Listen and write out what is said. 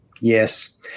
Yes